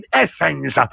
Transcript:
essence